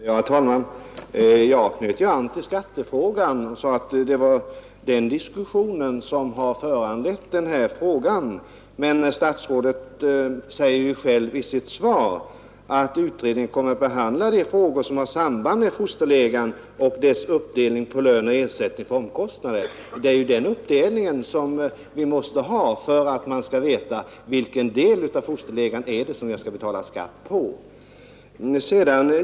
Herr talman! Jag knöt an till skattefrågan och sade att det var diskussionen om den som föranlett min fråga. Statsrådet säger själv i sitt svar att utredningen ”kommer ——— att behandla de frågor som har samband med fosterlegan och dess uppdelning på lön och ersättning för omkostnader”. Den uppdelningen måste man ha för att veta vilken del av fosterlegan som det skall betalas skatt på.